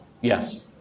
Yes